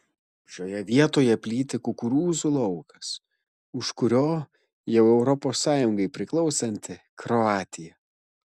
šioje vietoje plyti kukurūzų laukas už kurio jau europos sąjungai priklausanti kroatija